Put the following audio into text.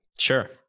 Sure